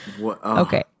Okay